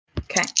Okay